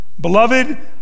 Beloved